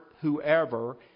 whoever